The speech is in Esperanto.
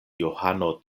johano